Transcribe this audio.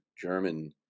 German